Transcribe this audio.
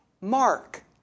Mark